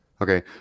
Okay